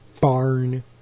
barn